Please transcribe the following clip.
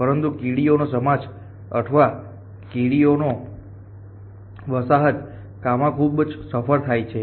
પરંતુ કીડીઓનો સમાજ અથવા કીડીઓની વસાહત કામમાં ખૂબ સફળ થાય છે